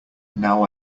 now